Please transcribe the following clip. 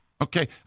Okay